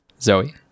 Zoe